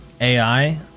ai